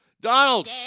Donald